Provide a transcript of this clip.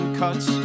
cuts